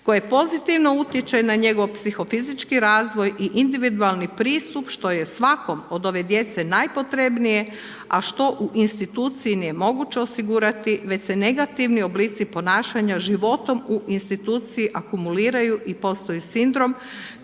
koje pozitivno utječe na njegov psihofizički razvoj i individualni pristup što je svakom od ove djece nepotrebnije a što u institucija nije moguće osigurati već se negativni oblici ponašanja životom u institucija akumuliraju i postoji sindrom koji